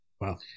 Wow